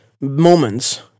moments